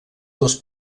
dels